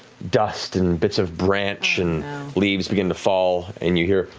dust and bits of branch and leaves begin to fall and you hear